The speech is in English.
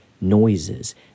noises